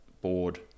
board